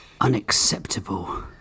unacceptable